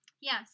Yes